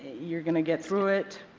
you are going to get through it.